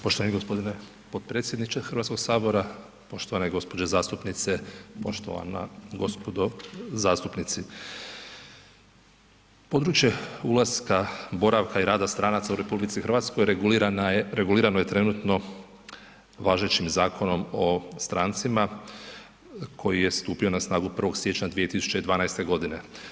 Poštovani gospodine potpredsjedniče Hrvatskog sabora, poštovane gospođe zastupnice, poštovana gospodo zastupnici, područje ulaska, boravka i rada stranaca u RH regulirano je trenutno važećim Zakonom o strancima koji je stupio na snagu 1. siječnja 2012. godine.